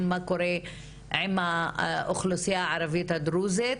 מה קורה עם האוכלוסיה הערבית הדרוזית